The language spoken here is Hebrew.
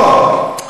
לא,